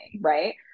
right